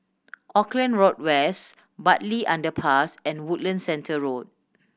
Auckland Road West Bartley Underpass and Woodlands Centre Road